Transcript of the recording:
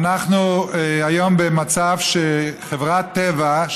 אנחנו היום במצב שחברת טבע,